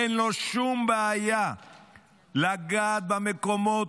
אין לו שום בעיה לגעת במקומות,